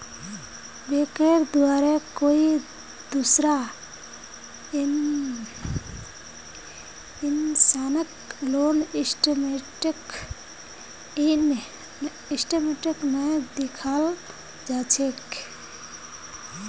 बैंकेर द्वारे कोई दूसरा इंसानक लोन स्टेटमेन्टक नइ दिखाल जा छेक